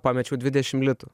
pamečiau dvidešim litų